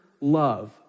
love